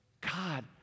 God